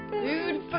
Dude